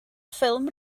ffilm